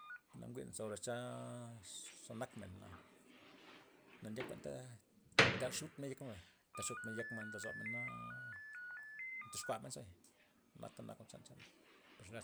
Na njwi'n sobre chan xe nak mena, na ndyak benta taxutmen yek men bay taxutmen yek men lozomen na toxkuamen zabay, jwa'na nak cha- chan per